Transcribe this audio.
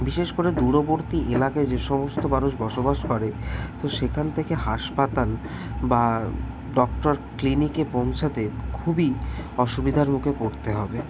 বিশেষ করে দূরবর্তী এলাকায় যে সমস্ত মানুষ বসবাস করে তো সেখান থেকে হাসপাতাল বা ডক্টর ক্লিনিকে পৌঁছাতে খুবই অসুবিধার মুখে পড়তে হবে